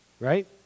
Right